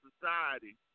society